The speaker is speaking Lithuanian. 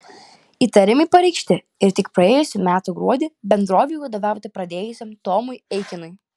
įtarimai pareikšti ir tik praėjusių metų gruodį bendrovei vadovauti pradėjusiam tomui eikinui